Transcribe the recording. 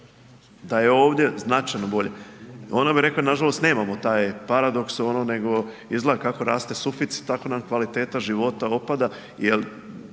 se ne razumije./... rekao nažalost nemamo taj paradoks nego izgleda kako raste suficit tako nam kvaliteta života opada, jer